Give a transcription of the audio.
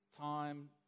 time